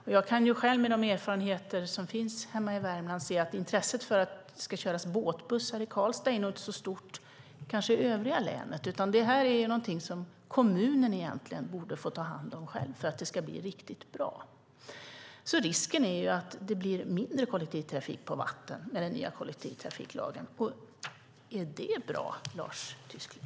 Och jag kan själv med de erfarenheter som finns hemma i Värmland se att intresset för att det ska köras båtbussar i övriga länet nog inte är så stort, utan det är något som kommunen egentligen borde få ta hand om själv för att det ska bli riktigt bra. Risken är alltså att det blir mindre kollektivtrafik på vatten med den nya kollektivtrafiklagen. Är det bra, Lars Tysklind?